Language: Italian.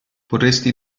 potresti